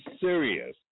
serious